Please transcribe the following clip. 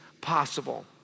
possible